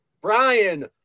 brian